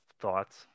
thoughts